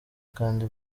kandi